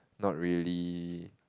not really